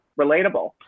Relatable